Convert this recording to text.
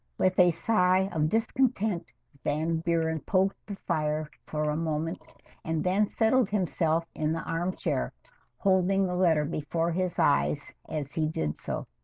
with a sigh of discontent van buuren poked the fire for a moment and then settled himself in the armchair holding the letter before his eyes as he did so